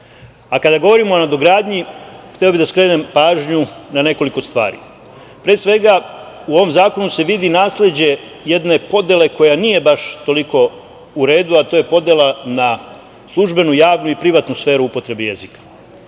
govorimo o nadogradnji, hteo bih da skrenem pažnju na nekoliko stvari. Pre svega, u ovom zakonu se vidi nasleđe jedne podele koja nije baš toliko u redu, a to je podela na službenu, javnu i privatnu sferu upotrebe jezika.